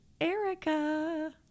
Erica